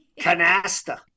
canasta